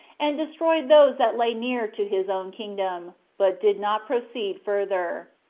and destroyed those that lay near to his own kingdom, but did not proceed further.